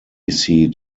seat